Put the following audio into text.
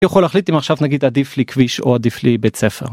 יכול להחליט אם עכשיו נגיד עדיף לי כביש או עדיף לי בית ספר.